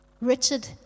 Richard